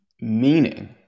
Meaning